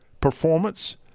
performance